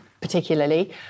particularly